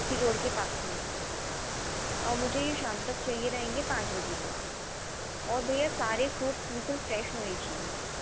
road के पास में और मुझे ये शाम तक चाहिए रहेंगे पाँच बजे तक और भईया सारे फ्रूट्स बिल्कुल फ्रेश होने चाहिए